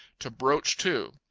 to broach to.